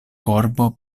korbo